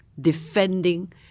defending